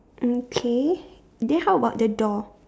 mm K then how about the door